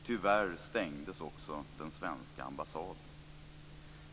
Tyvärr stängdes också den svenska ambassaden.